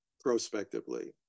prospectively